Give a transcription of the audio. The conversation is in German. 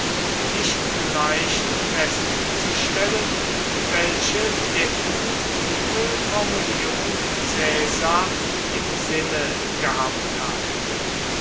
nicht leicht festzustellen welche definitive formulierung caesar im sinne gehabt hat